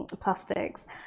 plastics